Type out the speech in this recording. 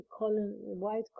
white